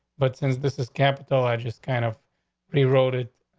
but since this is capital, i just kind of he wrote it.